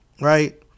right